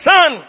Son